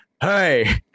hey